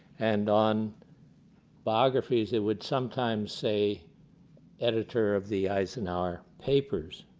and on biographies it would sometimes say editor of the eisenhower papers.